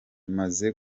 maze